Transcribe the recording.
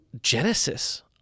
Genesis